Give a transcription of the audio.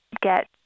get